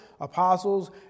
apostles